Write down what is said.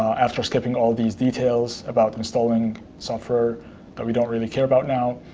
after skipping all these details about installing software that we don't really care about now.